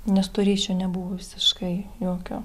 nes to ryšio nebuvo visiškai jokio